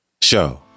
Show